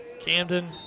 Camden